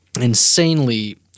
insanely